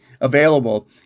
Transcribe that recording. available